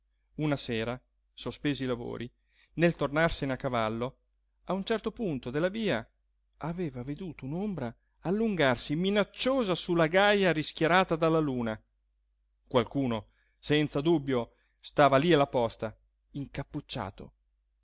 una sera sospesi i lavori nel tornarsene a cavallo a un certo punto della via aveva veduto un'ombra allungarsi minacciosa su la ghiaia rischiarata dalla luna qualcuno senza dubbio stava lí alla posta incappucciato